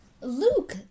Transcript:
Luke